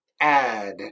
add